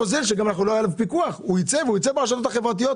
על נוזל שגם לא היה עליו פיקוח והוא חופשי ברשתות החברתיות.